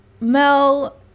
Mel